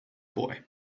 boy